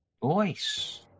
Voice